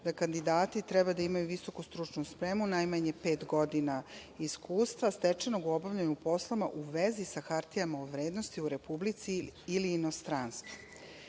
da kandidati treba da imaju visoku stručnu spremu, najmanje pet godina iskustva stečenog obaljanju poslova u vezi sa hartijama od vrednosti u Republici ili